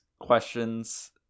questions